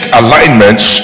alignments